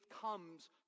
comes